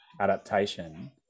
adaptation